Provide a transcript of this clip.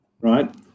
right